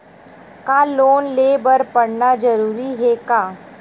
का लोन ले बर पढ़ना जरूरी हे का?